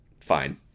Fine